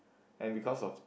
and because of